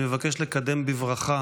אני מבקש לקדם בברכה